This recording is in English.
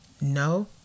No